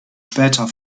später